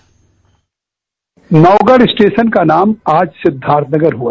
bite Naugarh station का नाम आज सिद्धार्थनगर हुआ